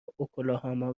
اوکلاهاما